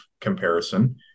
comparison